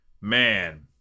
Man